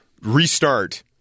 restart